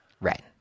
Right